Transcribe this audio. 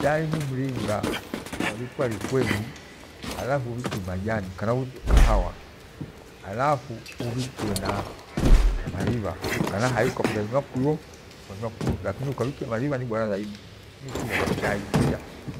Chai ni mringa wavhikwa nikwenyi halafu, ubhikie majani kana ubhikiwe kahawa hafu ubhikiwe na na maribha ni bora thaidi. Niyo ichiilaghwa chai njicha.